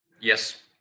yes